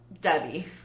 Debbie